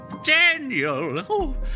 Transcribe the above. Daniel